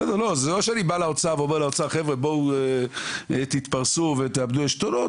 זה לא שאני בא לאוצר ואומר לאוצר תתפרסו ותאבדו עשתונות.